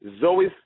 Zoe